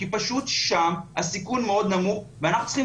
כי פשוט שם הסיכון מאוד נמוך ואנחנו צריכים